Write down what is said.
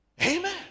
Amen